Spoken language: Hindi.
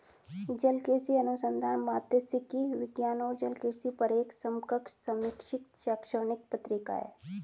जलकृषि अनुसंधान मात्स्यिकी विज्ञान और जलकृषि पर एक समकक्ष समीक्षित शैक्षणिक पत्रिका है